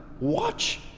watch